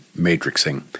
matrixing